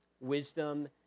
Wisdom